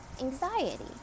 anxiety